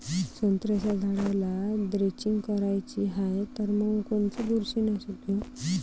संत्र्याच्या झाडाला द्रेंचींग करायची हाये तर मग कोनच बुरशीनाशक घेऊ?